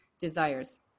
desires